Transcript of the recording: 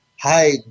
hi